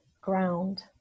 ground